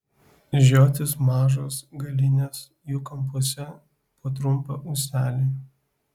žiotys mažos galinės jų kampuose po trumpą ūselį